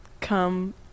come